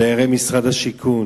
דיירי משרד השיכון,